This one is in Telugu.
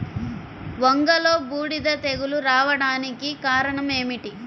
వంగలో బూడిద తెగులు రావడానికి కారణం ఏమిటి?